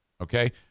Okay